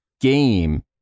game